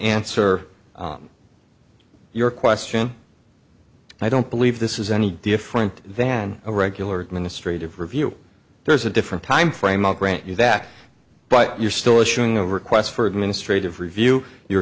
answer your question i don't believe this is any different than a regular administrative review there's a different time frame i'll grant you that but you're still issuing a request for administrative review you're